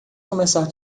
começar